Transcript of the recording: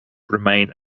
remain